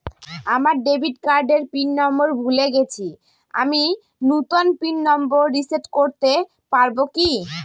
আমার ডেবিট কার্ডের PIN number ভুলে গেছি আমি নূতন পিন নম্বর রিসেট করতে পারবো কি?